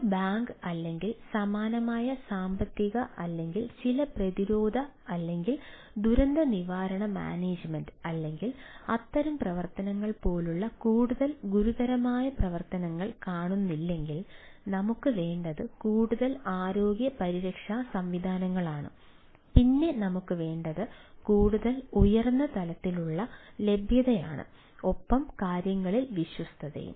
ഒരു ബാങ്ക് അല്ലെങ്കിൽ സമാനമായ സാമ്പത്തിക അല്ലെങ്കിൽ ചില പ്രതിരോധ അല്ലെങ്കിൽ ദുരന്തനിവാരണ മാനേജ്മെൻറ് അല്ലെങ്കിൽ അത്തരം പ്രവർത്തനങ്ങൾ പോലുള്ള കൂടുതൽ ഗുരുതരമായ പ്രവർത്തനങ്ങൾ കാണുന്നില്ലെങ്കിൽ നമുക്ക് വേണ്ടത് കൂടുതൽ ആരോഗ്യ പരിരക്ഷാ സംവിധാനങ്ങളാണ് പിന്നെ നമുക്ക് വേണ്ടത് കൂടുതൽ ഉയർന്ന തലത്തിലുള്ള ലഭ്യതയാണ് ഒപ്പം കാര്യങ്ങളിൽ വിശ്വാസ്യതയും